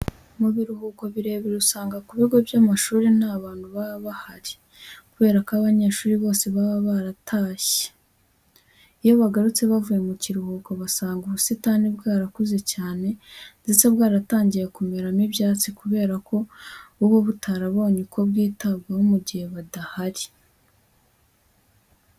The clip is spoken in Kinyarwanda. Mu biruhuko birebire usanga ku bigo by'amashuri nta bantu baba bahari kubera ko abanyeshuri bose baba baratashye. Iyo bagarutse bavuye mu kiruhuko basanga ubusitani bwarakuze cyane ndetse bwaratangiye kumeramo ibyatsi kubera ko buba butarabonye uko bwitabwaho mu gihe badahari.